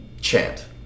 Chant